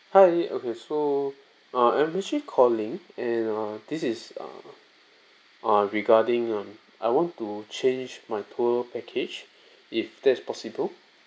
hi okay so err I'm actually calling and err this is err err regarding um I want to change my tour package if that's possible